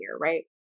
right